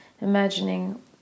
imagining